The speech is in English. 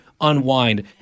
unwind